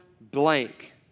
blank